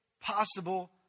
possible